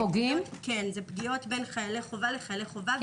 אלה פגיעות בין חיילי חובה לבין חיילי חובה,